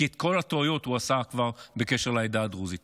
כי את כל הטעויות הוא כבר עשה בקשר לעדה הדרוזית.